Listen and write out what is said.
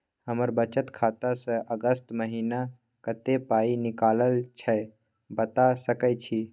हमर बचत खाता स अगस्त महीना कत्ते पाई निकलल छै बता सके छि?